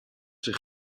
zich